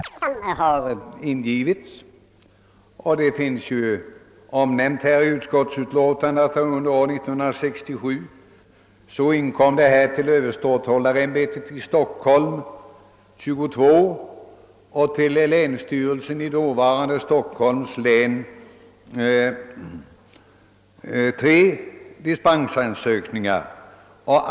Herr talman! Jag hade knappast tänkt mig att man här skulle ta upp en så omfattande debatt som det faktiskt har blivit. Det rör sig ju inte om en religionsfråga utan om ett utredningskrav. Det har sagts tidigare att det inte ingivits många dispensansökningar. Det finns omnämnt i utskottsutlåtandet att under 1967 inkom till överståthållarämbetet 22 och till länsstyrelsen i dåvarande Stockholms län tre dispensansök ningar.